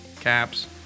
Caps